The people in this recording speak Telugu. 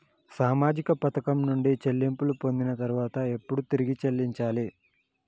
సామాజిక పథకం నుండి చెల్లింపులు పొందిన తర్వాత ఎప్పుడు తిరిగి చెల్లించాలి?